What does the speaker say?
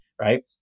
right